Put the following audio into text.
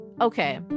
Okay